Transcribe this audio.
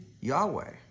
Yahweh